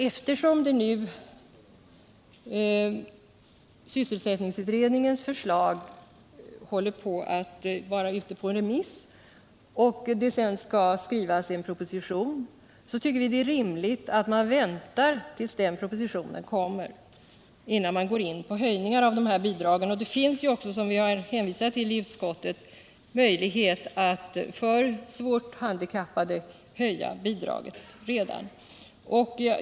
Eftersom sysselsättningsutredningens förslag är ute på remiss tycker vi det är rimligt att man väntar tills propositionen i denna fråga kommer innan man höjer bidraget. Det finns också, som utskottet har hänvisat till, möjligheter att höja bidraget redan nu för svårt handikappade.